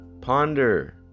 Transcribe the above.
ponder